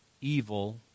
evil